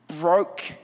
broke